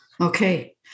Okay